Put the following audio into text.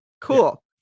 Cool